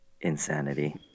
insanity